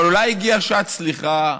אבל אולי הגיעה שעת סליחה?